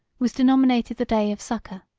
was denominated the day of succor.